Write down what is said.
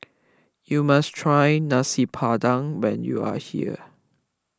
you must try Nasi Padang when you are here